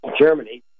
Germany